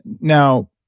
Now